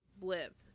blip